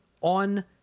on